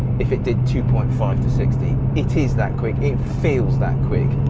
if it did two point five to sixty. it is that quick. it feels that quick.